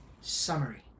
summary